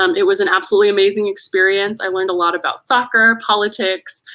um it was an absolutely amazing experience. i learned a lot about soccer, politics.